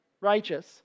Righteous